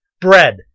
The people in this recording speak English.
Bread